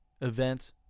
event